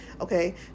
Okay